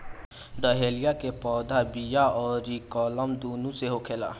dahlia के पौधा बिया अउरी कलम दूनो से होखेला